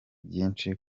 byinshi